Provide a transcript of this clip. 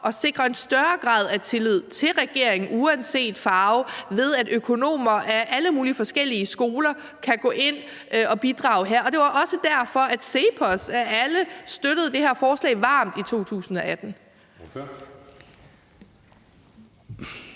at sikre en større grad af tillid til regeringen uanset farve, ved at økonomer af alle mulige forskellige skoler kan gå ind at bidrage her. Og det var også derfor, CEPOS af alle støttede det her forslag varmt i 2018.